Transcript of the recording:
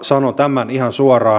sanon tämän ihan suoraan